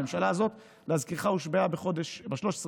הממשלה הזאת, להזכירך, הושבעה ב-13 ביוני,